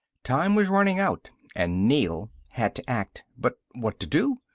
time was running out and neel had to act. but what to do?